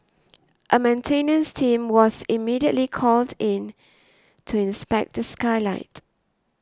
a maintenance team was immediately called in to inspect the skylight